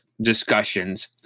discussions